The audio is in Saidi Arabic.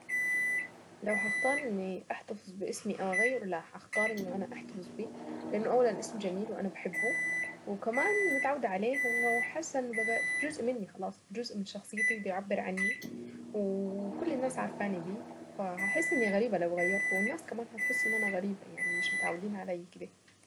لو هختار اني احتفظ باسمي او اغير لا هختار انه انا احتفظ بإسمي. لانه اولا اسم جميل وانا بحبه وكمان متعودة عليه وحاسة انه بدأت جزء مني خلاص جزء من شخصيتي وبيعبر عني. وكل الناس عارفاني به. فهحس اني غريبة لو غيرته الناس كمان هتحسوا ان انا غريبة يعني مش متعودين علي كده.